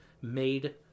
made